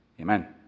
Amen